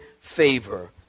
favor